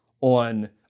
on